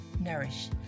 Nourish